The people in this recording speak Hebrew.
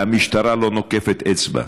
והמשטרה לא נוקפת אצבע.